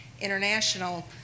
international